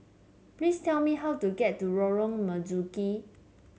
please tell me how to get to Lorong Marzuki